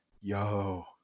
yo